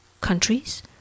countries